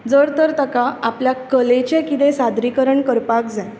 जर तर ताका आपल्या कलेचें कितेंय सादरीकरण करपाक जाय